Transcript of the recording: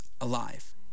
alive